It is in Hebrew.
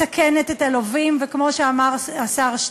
ולמעשה מקבלים ערבויות במהלך כל תקופת הבנייה